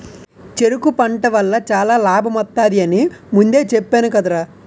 చెరకు పంట వల్ల చాలా లాభమొత్తది అని ముందే చెప్పేను కదరా?